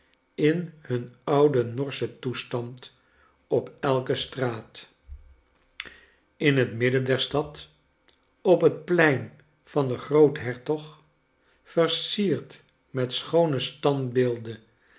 in hun ouden norschen toestand op elke straat in het midden der stad op het plein van den groothertog versierd met schoone standbeelden